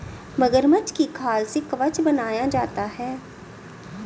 मगरमच्छ की खाल से कवच बनाया जाता है